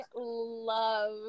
love